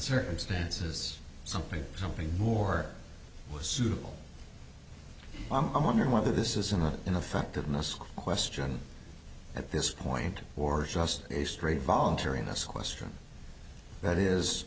circumstances something something more suitable i'm wondering whether this is another ineffectiveness question at this point or just a straight voluntariness question that is